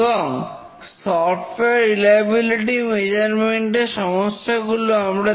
এবং software reliability measurement এর সমস্যাগুলো আমরা দেখেছি